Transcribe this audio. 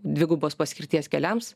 dvigubos paskirties keliams